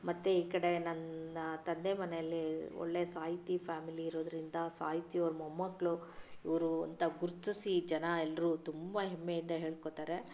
ಮತ್ತೆ ಈ ಕಡೆ ನನ್ನ ತಂದೆ ಮನೆಯಲ್ಲಿ ಒಳ್ಳೆಯ ಸಾಹಿತಿ ಫ್ಯಾಮಿಲಿ ಇರೋದರಿಂದ ಸಾಹಿತಿಯೋರ ಮೊಮ್ಮಕ್ಕಳು ಇವರು ಅಂತ ಗುರುತಿಸಿ ಜನ ಎಲ್ಲರೂ ತುಂಬ ಹೆಮ್ಮೆಯಿಂದ ಹೇಳ್ಕೋತಾರೆ